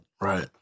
Right